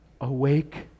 awake